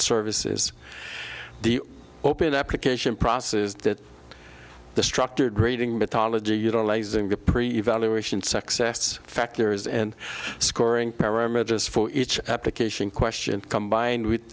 services the open application process is that the structured grading mythology utilizing the pre evaluation success factors and scoring parameters for each application question combined with